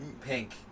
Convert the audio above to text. pink